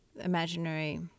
Imaginary